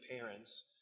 parents